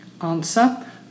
Answer